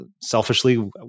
selfishly